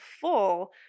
full